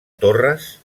torres